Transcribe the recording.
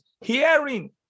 hearing